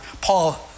Paul